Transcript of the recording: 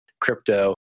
crypto